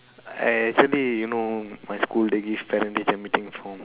I actually you know my school they give parent teacher meeting form